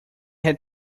had